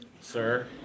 sir